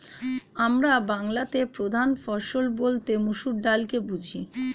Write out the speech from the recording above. আমরা বাংলাতে প্রধান ফসল বলতে মসুর ডালকে বুঝি